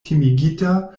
timigita